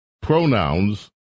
pronouns